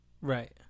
right